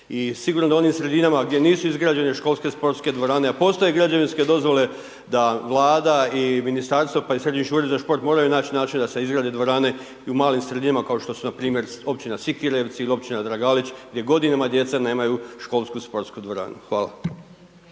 sigurno da u onim sredinama gdje nisu izgrađene školske sportske dvorane, a postoje građevinske dozvole, da Vlada i ministarstvo, pa i Središnji ured za šport moraju naći način da se izgrade dvorane i u malim sredinama, kao što su npr. općina Sikirevci ili općina Dragalić, gdje godinama djeca nemaju školsku sportsku dvoranu. Hvala.